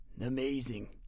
Amazing